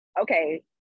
Okay